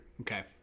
Okay